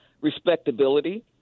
respectability